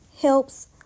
helps